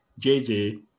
JJ